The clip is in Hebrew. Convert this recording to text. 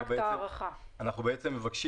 אנחנו כן מבקשים